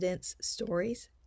stories